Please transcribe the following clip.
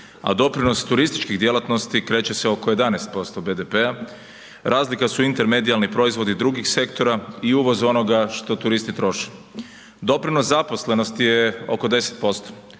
a doprinos turističkih djelatnosti kreće se oko 11% BDP-a. Razlika su Inter medijalni proizvodi drugih sektora i uvoz onoga što turisti troše. Doprinos zaposlenosti je oko 10%,